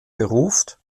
beruft